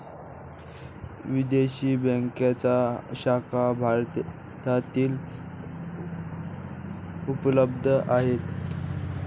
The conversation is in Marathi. विदेशी बँकांच्या शाखा भारतातही उपलब्ध आहेत